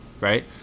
right